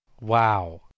Wow